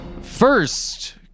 First